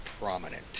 prominent